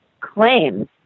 claims